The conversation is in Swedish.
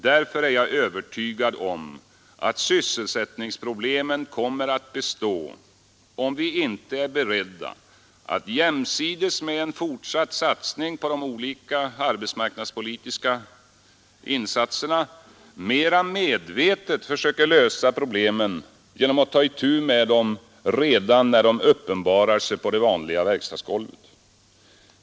Därför är jag övertygad om att sysselsättningsproblemen kommer att bestå om vi inte är beredda att jämsides med en fortsatt satsning på olika arbetsmarknadspolitiska insatser mera medvetet söka lösa problemen genom att ta itu med dem redan när de uppenbarar sig på det vanliga verkstadsgolvet.